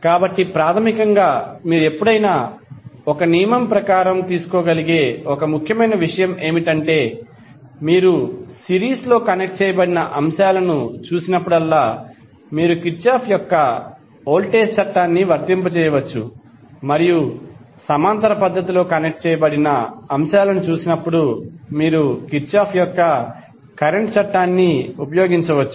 కాబట్టి ప్రాథమికంగా మీరు ఎప్పుడైనా ఒక నియమం ప్రకారం తీసుకోగలిగే ఒక ముఖ్యమైన విషయం ఏమిటంటే మీరు సిరీస్లో కనెక్ట్ చేయబడిన అంశాలను చూసినప్పుడల్లా మీరు కిర్చాఫ్ యొక్క వోల్టేజ్ చట్టాన్ని వర్తింపజేయవచ్చు మరియు సమాంతర పద్ధతిలో కనెక్ట్ చేయబడిన అంశాలను చూసినప్పుడు మీరు కిర్చాఫ్ యొక్క కరెంట్ చట్టాన్ని ఉపయోగించవచ్చు